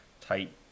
tight